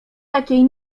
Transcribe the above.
takiej